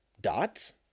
dots